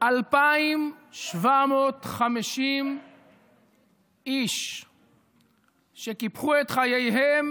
2,750 איש שקיפחו את חייהם